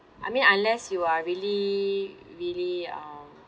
I mean unless you are really really um